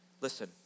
Listen